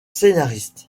scénariste